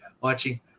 watching